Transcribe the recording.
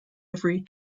every